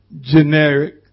generic